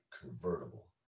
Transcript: convertible